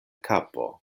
kapo